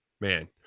man –